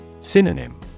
Synonym